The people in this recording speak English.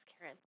Karen